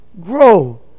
grow